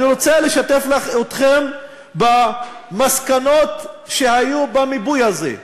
אני רוצה לשתף אתכם במסקנות שהיו במיפוי הזה.